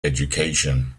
education